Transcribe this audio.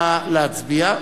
נא להצביע.